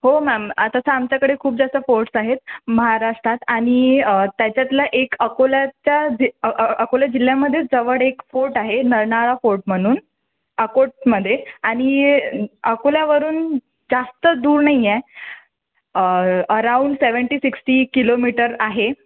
हो मॅम तसं आमच्याकडे खूप जास्त फोर्टस आहेत महाराष्ट्रात आणि त्याच्यातला एक अकोल्याच्या जिल्हा अ अ अको अकोला जिल्ह्यामध्येच जवळ एक फोर्ट आहे नरनाळा फोर्ट म्हणून आकोटमध्ये आणि अकोल्यावरून जास्त दूर नाही आहे अराउंड सेवंटी सिक्स्टी किलोमीटर आहे